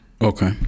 okay